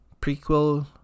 prequel